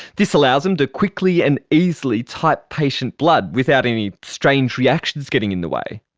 this allows them to quickly and easily type patient blood without any strange reactions getting in the way.